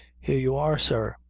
here you are, sir.